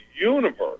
Universe